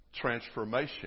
transformation